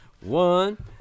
One